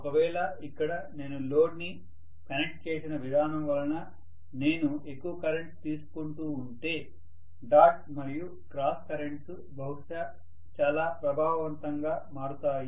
ఒకవేళ ఇక్కడ నేను లోడ్ ని కనెక్ట్ చేసిన విధానం వల్ల నేను ఎక్కువ కరెంటు తీసుకుంటూ ఉంటే డాట్ మరియు క్రాస్ కరెంట్స్ బహుశా చాలా ప్రభావవంతంగా మారుతాయి